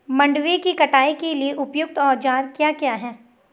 मंडवे की कटाई के लिए उपयुक्त औज़ार क्या क्या हैं?